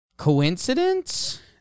Coincidence